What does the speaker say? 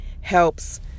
helps